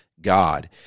God